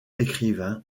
écrivain